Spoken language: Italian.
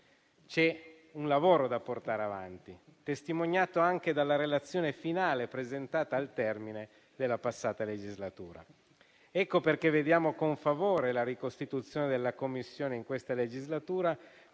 C'è un lavoro da portare avanti, testimoniato anche dalla relazione finale presentata al termine della scorsa legislatura. Per questo vediamo con favore la ricostituzione nell'attuale legislatura